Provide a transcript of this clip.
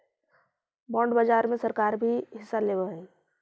bond बाजार में सरकार भी हिस्सा लेवऽ हई